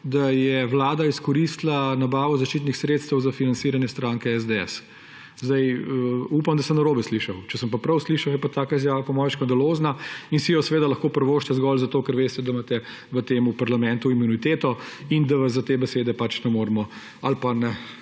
da je vlada izkoristila nabavo zaščitnih sredstev za financiranje stranke SDS. Upam, da sem narobe slišal. Če sem pa prav slišal, je pa taka izjava po moje škandalozna in si jo lahko privoščite zgolj zato, ker veste, da imate v tem parlamentu imuniteto in da vas za te besede ne moremo ali pa ne